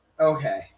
Okay